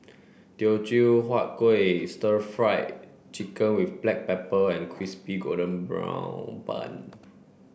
Teochew Huat Kuih stir fried chicken with black pepper and crispy golden brown bun